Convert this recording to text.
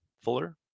Fuller